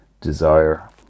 desire